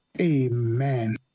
amen